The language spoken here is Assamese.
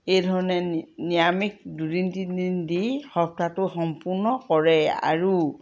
এইধৰণে নিৰামিষ দুদিন তিনিদিন দি সপ্তাহটো সম্পূৰ্ণ কৰে আৰু